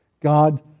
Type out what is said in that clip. God